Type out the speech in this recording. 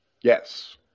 Yes